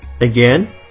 Again